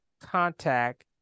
contact